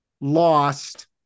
lost